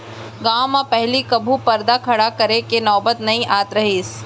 गॉंव म पहिली कभू परदा खड़ा करे के नौबत नइ आत रहिस